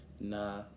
nah